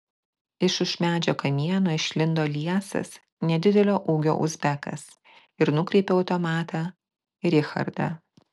iš už medžio kamieno išlindo liesas nedidelio ūgio uzbekas ir nukreipė automatą į richardą